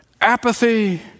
apathy